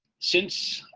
since